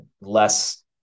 less